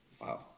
Wow